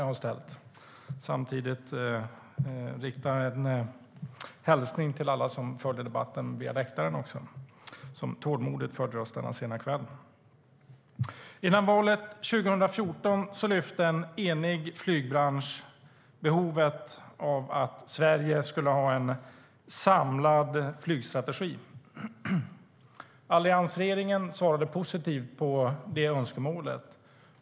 Samtidigt vill jag rikta en hälsning till alla som följer debatten från läktaren och som tålmodigt följt oss denna sena kväll. Innan valet 2014 lyfte en enig flygbransch fram behovet av en samlad flygstrategi i Sverige. Alliansregeringen svarade positivt på det önskemålet.